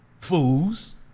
Fools